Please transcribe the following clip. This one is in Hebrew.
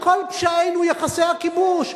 על כל פשעינו יכסה הכיבוש.